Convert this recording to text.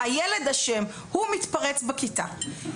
הילד אשם, הוא מתפרץ בכיתה.